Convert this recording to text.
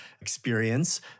experience